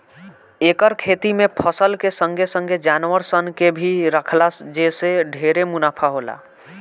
एकर खेती में फसल के संगे संगे जानवर सन के भी राखला जे से ढेरे मुनाफा होला